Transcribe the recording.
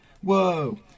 Whoa